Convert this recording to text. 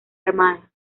armada